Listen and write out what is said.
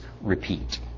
repeat